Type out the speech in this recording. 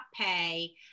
pay